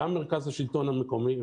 גם מרכז השלטון המקומי.